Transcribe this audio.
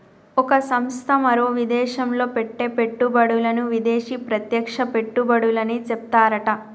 ఒక సంస్థ మరో విదేశంలో పెట్టే పెట్టుబడులను విదేశీ ప్రత్యక్ష పెట్టుబడులని చెప్తారట